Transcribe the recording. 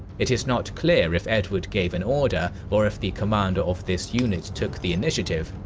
it is not clear if edward gave an order or if the commander of this unit took the initiative,